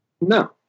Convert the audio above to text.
No